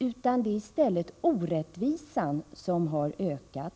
I stället är det orättvisan som har ökat